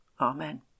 Amen